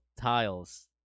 tiles